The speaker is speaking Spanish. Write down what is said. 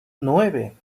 nueve